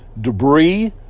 debris